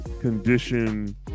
condition